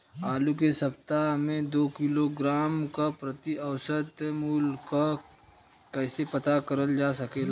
आलू के सप्ताह में दो किलोग्राम क प्रति औसत मूल्य क कैसे पता करल जा सकेला?